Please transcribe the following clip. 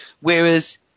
whereas